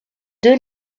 deux